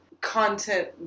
Content